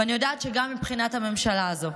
ואני יודעת שגם מבחינת הממשלה הזאת,